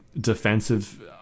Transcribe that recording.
defensive